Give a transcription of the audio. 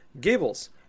Gables